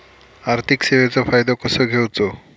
आर्थिक सेवाचो फायदो कसो घेवचो?